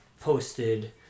posted